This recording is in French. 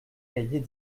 cahier